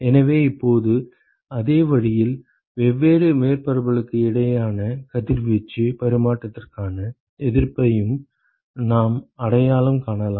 எனவே இப்போது இதே வழியில் வெவ்வேறு மேற்பரப்புகளுக்கு இடையேயான கதிர்வீச்சு பரிமாற்றத்திற்கான எதிர்ப்பையும் நாம் அடையாளம் காணலாம்